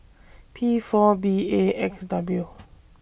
P four B A X W